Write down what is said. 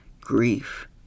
grief